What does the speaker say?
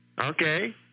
Okay